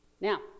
now